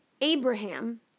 Abraham